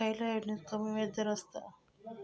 खयल्या योजनेत कमी व्याजदर असता?